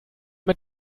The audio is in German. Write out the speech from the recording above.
mit